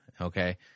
okay